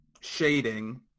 shading